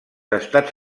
estats